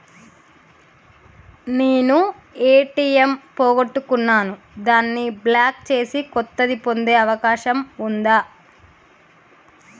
నేను ఏ.టి.ఎం పోగొట్టుకున్నాను దాన్ని బ్లాక్ చేసి కొత్తది పొందే అవకాశం ఉందా?